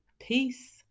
Peace